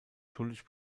schuldig